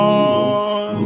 on